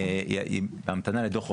היא בהמתנה לדוח חוקרת,